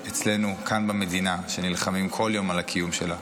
אצלנו כאן במדינה, שנלחמים כל יום על הקיום שלה.